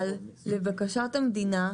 אבל לבקשת המדינה,